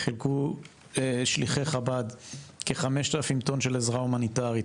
חילקו שליחי חב"ד כ-5000 טון של עזרה הומניטארית.